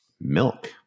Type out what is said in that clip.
Milk